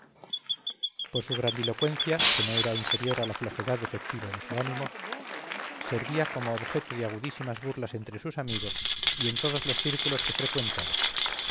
por su grandilocuencia que no era inferior a la flojedad efectiva de su ánimo servía como objeto de agudísimas burlas entre sus amigos y en todos los círculos que frecuentaba